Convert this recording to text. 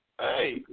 Hey